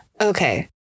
Okay